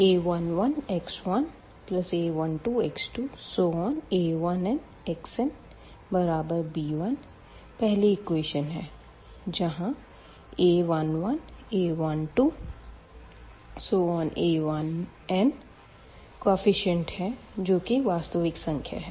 a11x1a12x2a1nxnb1 पहली equation है जहाँ a11 a12 और a1n केफीसिएंट है जो कि वास्तविक संख्या है